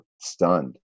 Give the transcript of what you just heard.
stunned